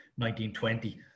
1920